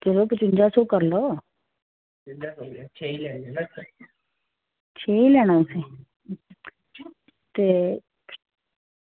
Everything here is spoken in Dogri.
चलो पचुंजा सौ करी लैओ छे लैना तुसें ते